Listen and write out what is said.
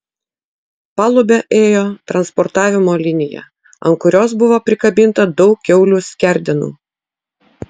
palube ėjo transportavimo linija ant kurios buvo prikabinta daug kiaulių skerdenų